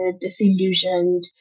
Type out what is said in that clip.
disillusioned